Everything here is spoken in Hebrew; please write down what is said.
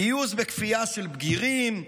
גיוס בכפייה של בגירים,